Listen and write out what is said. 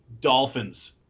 Dolphins